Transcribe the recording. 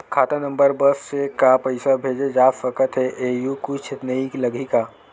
खाता नंबर बस से का पईसा भेजे जा सकथे एयू कुछ नई लगही का?